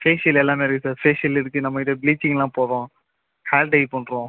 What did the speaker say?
facial எல்லாமே இருக்கு sir facial இருக்கு நம்மகிட்ட ப்ளீச்சிங்லாம் போதும் ஹேர் டை பண்ணுறோம்